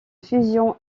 fusion